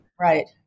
Right